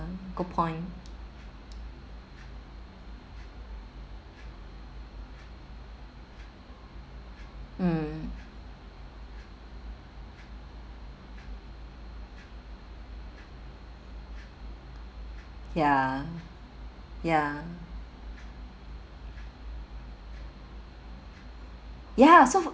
good point mm ya ya ya so